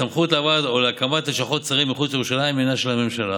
הסמכות להעברת או להקמת לשכות שרים מחוץ לירושלים הינה של הממשלה.